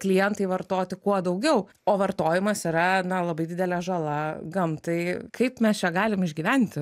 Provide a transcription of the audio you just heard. klientai vartoti kuo daugiau o vartojimas yra na labai didelė žala gamtai kaip mes čia galim išgyventi